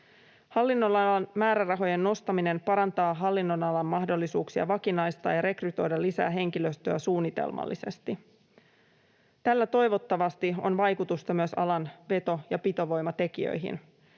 Hallinnonalan määrärahojen nostaminen parantaa hallinnonalan mahdollisuuksia vakinaistaa ja rekrytoida lisää henkilöstöä suunnitelmallisesti. Tällä toivottavasti on vaikutusta myös alan veto‑ ja pitovoimatekijöihin.